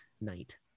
night